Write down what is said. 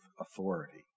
authority